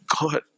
God